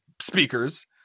speakers